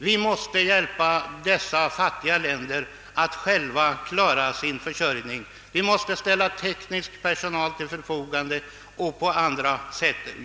Vi måste hjälpa de fattiga länderna att själva klara sin försörjning, och vi måste ställa teknisk personal till förfogande och också hjälpa till på andra sätt.